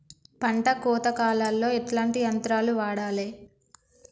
పంట కోత కాలాల్లో ఎట్లాంటి యంత్రాలు వాడాలే?